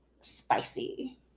spicy